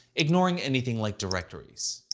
ignoring anything like directories.